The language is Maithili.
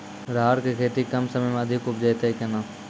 राहर की खेती कम समय मे अधिक उपजे तय केना?